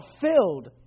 filled